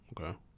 Okay